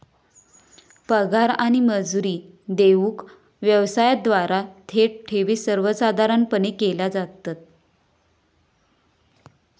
पगार आणि मजुरी देऊक व्यवसायांद्वारा थेट ठेवी सर्वसाधारणपणे केल्या जातत